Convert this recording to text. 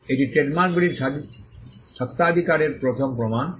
এটি ট্রেডমার্কগুলির স্বত্বাধিকারের প্রথম প্রমাণ